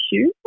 issue